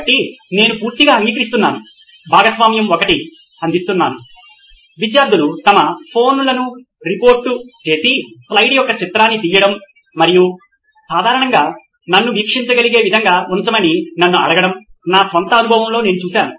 కాబట్టి నేను పూర్తిగా అంగీకరిస్తున్నాను భాగస్వామ్య భాగం 1 అందజేస్తున్నాను విద్యార్థులు తమ ఫోన్లను రిపోర్ట్ చేసి స్లైడ్ యొక్క చిత్రాన్ని తీయడం మరియు సాధారణంగా నన్ను వీక్షించగలిగే విధంగా ఉంచమని నన్ను అడగడం నా స్వంత అనుభవంలో నేను చూశాను